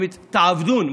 תעבדון.